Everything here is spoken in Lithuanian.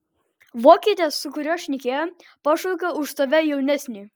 vokietis su kuriuo šnekėjo pašaukė už save jaunesnį